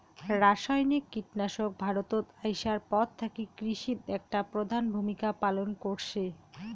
রাসায়নিক কীটনাশক ভারতত আইসার পর থাকি কৃষিত একটা প্রধান ভূমিকা পালন করসে